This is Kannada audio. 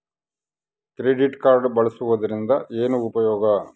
ಕ್ರೆಡಿಟ್ ಕಾರ್ಡ್ ಬಳಸುವದರಿಂದ ಏನು ಉಪಯೋಗ?